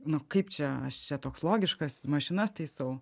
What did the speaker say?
nu kaip čia aš čia toks logiškas mašinas taisau